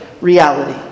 reality